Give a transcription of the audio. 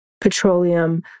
petroleum